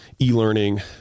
e-learning